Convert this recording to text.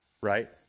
Right